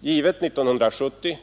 givet år 1970?